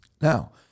Now